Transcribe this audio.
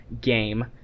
game